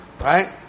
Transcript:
Right